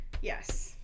Yes